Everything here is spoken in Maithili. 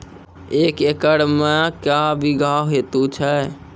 एक एकरऽ मे के बीघा हेतु छै?